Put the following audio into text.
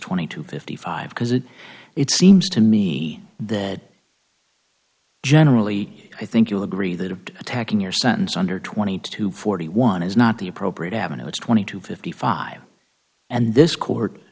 twenty two fifty five because it it seems to me that generally i think you'll agree that of attacking your sentence under twenty two forty one is not the appropriate avenue it's twenty two fifty five and this court